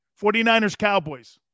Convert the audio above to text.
49ers-Cowboys